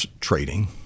trading